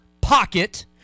pocket